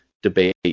debate